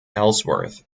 ellsworth